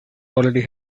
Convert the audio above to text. already